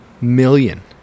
million